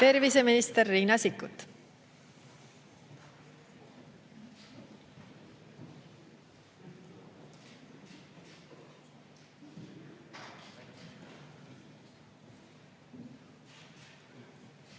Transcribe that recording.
Terviseminister Riina Sikkut.